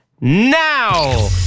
now